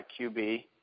QB